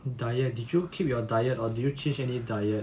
diet did you keep your diet or did you change any diet